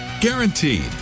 Guaranteed